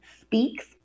speaks